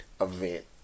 event